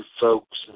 folks